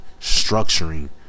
structuring